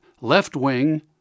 left-wing